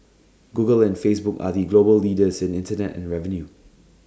Google and Facebook are the global leaders in Internet Ad revenue